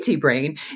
brain